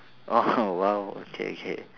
oh !wow! okay okay